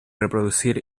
reproducir